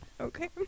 Okay